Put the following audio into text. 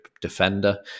defender